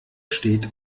steht